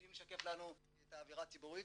יודעים לשקף לנו את האווירה הציבורית.